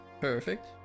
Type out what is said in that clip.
Perfect